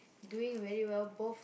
doing very well both